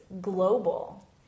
global